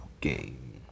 game